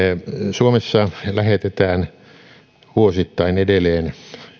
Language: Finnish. suomessa lähetetään edelleen